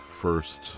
first